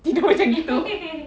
tidur macam gitu